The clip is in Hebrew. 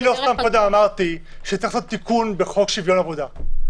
לא סתם אמרתי שצריך לעשות תיקון בחוק שוויון זכויות